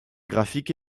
graphique